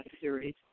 series